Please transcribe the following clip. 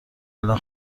الان